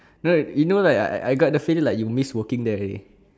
no you know like I I got the feeling like you miss working there already